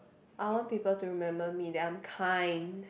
I want people to remember me that I'm kind